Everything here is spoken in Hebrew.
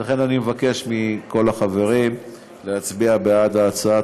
לכן, אני מבקש מכל החברים להצביע בעד ההצעה.